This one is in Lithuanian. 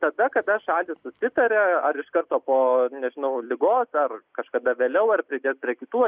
tada kada šalys susitaria ar iš karto po nežinau ligos ar kažkada vėliau ar pridėt prie kitų